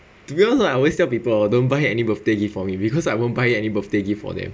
to be honest I always tell people don't buy any birthday gift for me because I won't buy any birthday gift for them